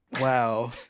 Wow